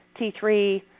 T3